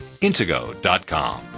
Intego.com